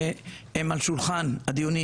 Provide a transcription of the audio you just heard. שהן על שולחן הדיונים,